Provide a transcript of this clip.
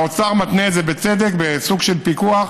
האוצר מתנה את זה, בצדק, בסוג של פיקוח,